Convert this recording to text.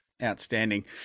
outstanding